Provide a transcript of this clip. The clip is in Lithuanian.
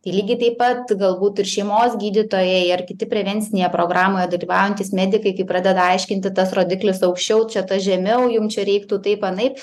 tai lygiai taip pat galbūt ir šeimos gydytojai ar kiti prevencinėje programoje dalyvaujantys medikai kai pradeda aiškinti tas rodiklis aukščiau čia tas žemiau jums čia reiktų taip anaip